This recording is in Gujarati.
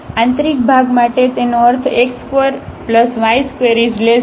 તેથી આંતરિક ભાગ માટે તેનો અર્થ x2y21